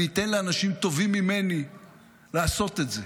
אני אתן לאנשים טובים ממני לעשות את זה.